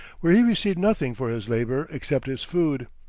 where he received nothing for his labor except his food.